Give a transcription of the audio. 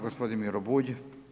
Gospodin Miro Bulj.